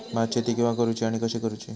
भात शेती केवा करूची आणि कशी करुची?